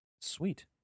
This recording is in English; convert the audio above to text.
Sweet